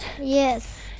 Yes